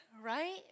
right